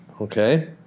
Okay